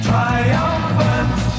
Triumphant